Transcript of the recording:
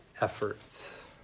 efforts